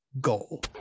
goal